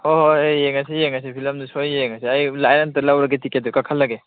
ꯍꯣꯏ ꯍꯣꯏ ꯌꯦꯡꯉꯁꯤ ꯌꯦꯡꯉꯁꯤ ꯐꯤꯂꯝꯗꯨ ꯁꯣꯏ ꯌꯦꯡꯉꯁꯤ ꯑꯩ ꯂꯥꯏꯟ ꯑꯝꯇ ꯂꯧꯔꯒꯦ ꯇꯤꯀꯦꯠꯇꯨ ꯀꯛꯍꯜꯂꯒꯦ